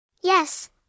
Yes